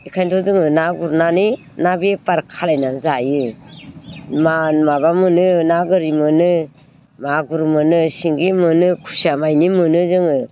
इखायन्थ' जोङो ना गुरनानै ना बेफार खालायनानै जायो मा माबा मोनो ना गोरि मोनो मागुर मोनो सिंगि मोनो खुसिया मायदि मोनो जोङो